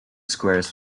squares